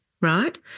right